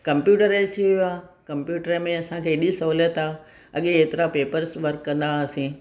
computer अची वियो आहे कम्प्यूटर में असांखे एॾियूं सहूलियत आहे अॻे हेतिरा पेपर्स वर्क कंदा हुआसीं